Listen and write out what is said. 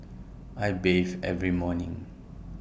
I bathe every morning